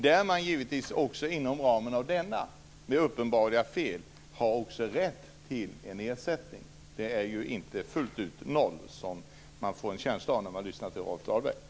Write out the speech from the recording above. Inom ramen för denna har man vid uppenbara fel givetvis också rätt till ersättning. Det är inte fullt ut fråga om noll i ersättning, som man får en känsla av när man lyssnar på Rolf Dahlberg.